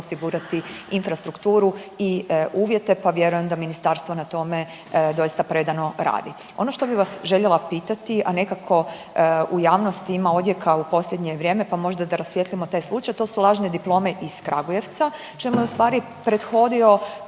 osigurati infrastrukturu i uvjete pa vjerujem da ministarstvo na tome doista predano radi. Ono što bih vas željela pitati, a nekako u javnosti ima odjeka u posljednje vrijeme pa možda da rasvijetlimo taj slučaj, to su lažne diplome iz Kragujevca čemu je u stvari prethodio